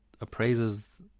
appraises